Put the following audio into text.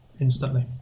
instantly